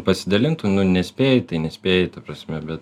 pasidalintų nu nespėji nespėji ta prasme bet